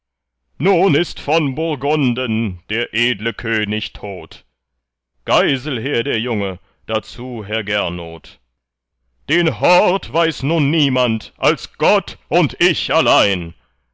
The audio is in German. nun ist von burgunden der edle könig tot geiselher der junge dazu herr gernot den hort weiß nun niemand als gott und ich allein